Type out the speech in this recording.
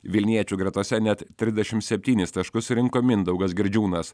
vilniečių gretose net trisdešimt septynis taškus surinko mindaugas girdžiūnas